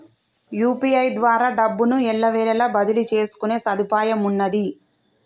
UPI ద్వారా డబ్బును ఎల్లవేళలా బదిలీ చేసుకునే సదుపాయమున్నాది